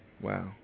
Wow